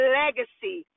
legacy